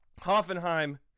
Hoffenheim